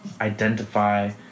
identify